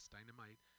Dynamite